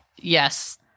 yes